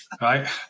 Right